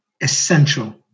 Essential